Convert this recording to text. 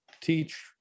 teach